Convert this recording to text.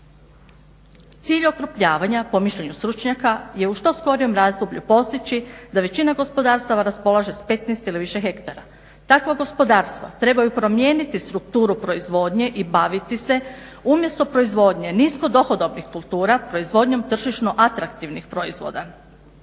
Cilj okrupnjavanja po mišljenju stručnjaka je u što skorijem razdoblju postići da većina gospodarstava raspolaže s 15 ili više hektara. Takva gospodarstva trebaju promijeniti strukturu proizvodnje i baviti se umjesto proizvodnje nisko dohodovnih kultura proizvodnjom tržišno atraktivnih proizvoda